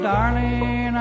Darling